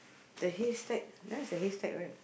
the haystack that one is the haystack right